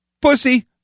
Pussy